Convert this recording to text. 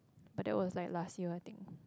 but that was like last year I think